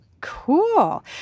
Cool